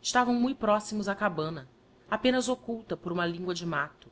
estavam mui próximos á cabana apenas oeculta por uma lingua de matto